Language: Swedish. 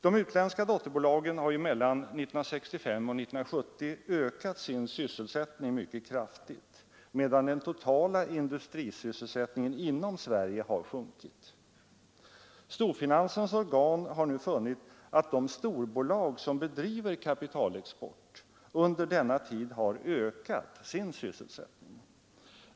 De utländska dotterbolagen har mellan 1965 och 1970 ökat sin sysselsättning mycket kraftigt, medan den totala industrisysselsättningen inom Sverige har sjunkit. Storfinansens organ har nu funnit att de storbolag som driver kapitalexport under denna tid har ökat sin sysselsättning.